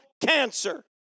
Cancer